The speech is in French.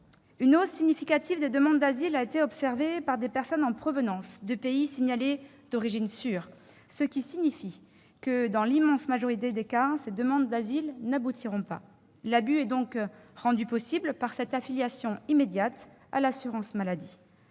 Une hausse significative de demandes d'asile a été observée par des personnes en provenance de pays signalés « d'origine sûre », ce qui signifie que dans l'immense majorité des cas, ces demandes d'asile n'aboutiront pas. L'abus est par conséquent rendu possible par cette affiliation immédiate à l'assurance maladie.